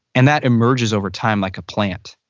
and that emerges over time like a plant.